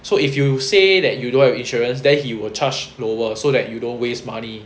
so if you say that you don't have insurance then he will charge lower so that you don't waste money